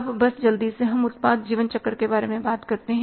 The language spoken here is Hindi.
अब बस जल्दी से हम उत्पाद जीवन चक्र के बारे में बात करते हैं